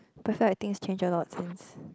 that's why I think change a lot of things